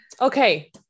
Okay